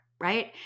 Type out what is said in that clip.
right